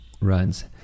runs